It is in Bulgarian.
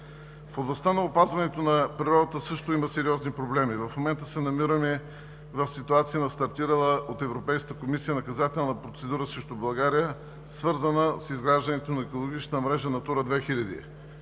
В областта на опазването на природата също има сериозни проблеми. В момента се намираме в ситуация на стартирала от Европейската комисия наказателна процедура срещу България, свързана с изграждането на екологична мрежа „Натура 2000“.